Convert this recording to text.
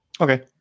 Okay